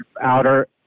outer